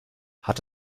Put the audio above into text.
hat